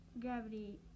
gravity